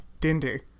Dindy